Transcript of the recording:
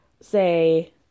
say